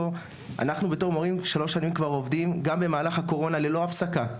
אנחנו בתור מורים שלוש שנים עובדים גם במהלך הקורונה ללא הפסקה.